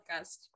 podcast